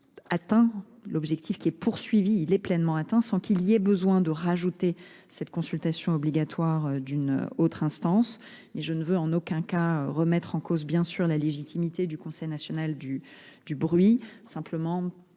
atteint, l'objectif qui est poursuivi, il est pleinement atteint, sans qu'il y ait besoin de rajouter cette consultation obligatoire d'une autre instance. Mais je ne veux en aucun cas remettre en cause bien sûr la légitimité du Conseil national du bruit. Simplement,